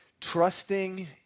trusting